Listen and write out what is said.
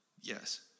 Yes